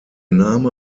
name